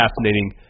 fascinating